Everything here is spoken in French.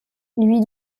lui